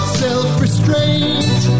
self-restraint